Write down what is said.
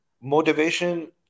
motivation